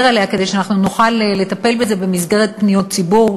עליה כדי שאנחנו נוכל לטפל בזה במסגרת פניות ציבור,